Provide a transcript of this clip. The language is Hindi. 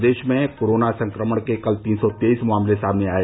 प्रदेश में कोरोना संक्रमण के कल तीन सौ तेईस मामले सामने आये